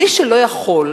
מי שלא יכול,